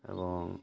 ଏବଂ